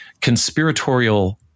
conspiratorial